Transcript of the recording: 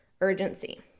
urgency